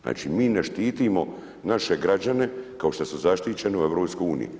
Znači mi ne štitimo naše građane kao što su zaštićenu u EU.